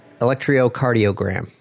electrocardiogram